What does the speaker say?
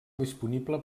disponible